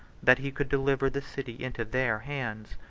that he could deliver the city into their hands.